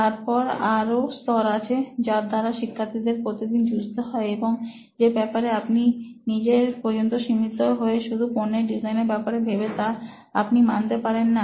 তারপর আরো স্তর আছে যার সাথে শিক্ষার্থীদের প্রতিদিন যুজতে হয় এবং যে ব্যপারে আপনি নিজের পর্যন্ত সীমিত হয়ে শুধু পণ্যের ডিজাইনের ব্যপারে ভেবে তা আপনি মানতে পারেন না